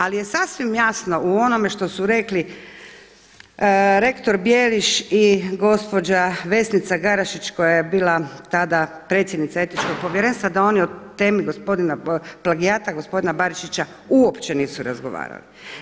Ali je sasvim jasno u onome što su rekli rektor Bijeliš i gospođa Vesnica Garašić koja je bila tada predsjednica Etičkog povjerenstva da oni o temi plagijata gospodina Barišića uopće nisu razgovarali.